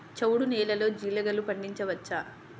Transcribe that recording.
చవుడు నేలలో జీలగలు పండించవచ్చా?